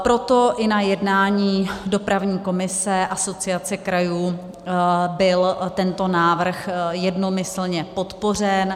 Proto i na jednání dopravní komise Asociace krajů byl tento návrh jednomyslně podpořen.